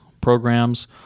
programs